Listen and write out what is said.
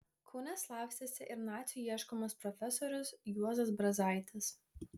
kaune slapstėsi ir nacių ieškomas profesorius juozas brazaitis